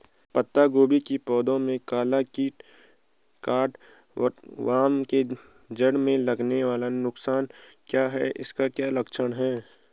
पत्ता गोभी की पौध में काला कीट कट वार्म के जड़ में लगने के नुकसान क्या हैं इसके क्या लक्षण हैं?